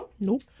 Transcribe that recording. nope